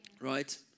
right